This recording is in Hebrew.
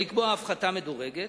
או לקבוע הפחתה מדורגת,